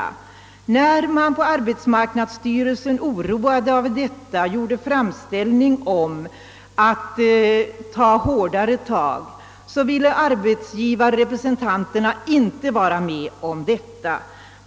När arbetsmarknadsstyrelsen, nu i höst oroad av detta, gjorde framställning om hårdare tag, ville arbetsgivarrepresentanterna inte vara med om detta.